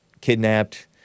kidnapped